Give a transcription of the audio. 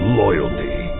loyalty